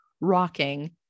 rocking